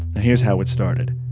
here's how it started